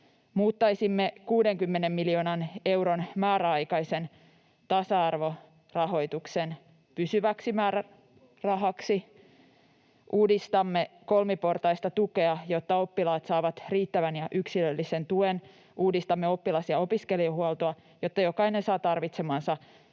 Muuttaisimme 60 miljoonan euron määräaikaisen tasa-arvorahoituksen pysyväksi määrärahaksi. Uudistamme kolmiportaista tukea, jotta oppilaat saavat riittävän ja yksilöllisen tuen. Uudistamme oppilas‑ ja opiskelijahuoltoa, jotta jokainen saa tarvitsemansa